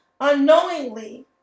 unknowingly